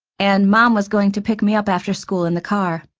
and mom was going to pick me up after school in the car.